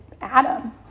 Adam